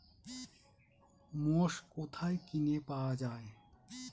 মোষ কোথায় কিনে পাওয়া যাবে?